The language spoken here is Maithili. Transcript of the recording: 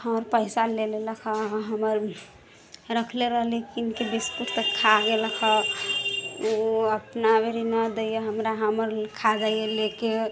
हमर पइसा ले लेलक हँ हमर रखले रहली कीनिकऽ बिस्कुट तऽ खा गेलक हँ ओ अपना भरि नहि दैए हमरा हमर खा जाइए लऽ कऽ